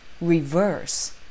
reverse